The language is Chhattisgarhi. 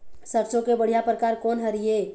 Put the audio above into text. सरसों के बढ़िया परकार कोन हर ये?